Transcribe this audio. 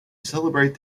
celebrate